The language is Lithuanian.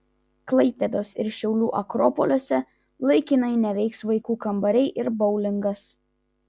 klaipėdos ir šiaulių akropoliuose laikinai neveiks vaikų kambariai ir boulingas